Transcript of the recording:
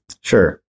Sure